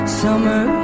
summer